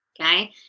Okay